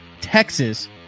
Texas